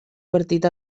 partit